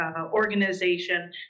organization